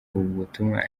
ubutumwa